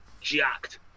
jacked